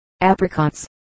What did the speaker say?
apricots